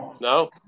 No